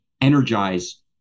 energize